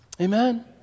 Amen